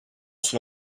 son